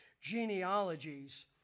genealogies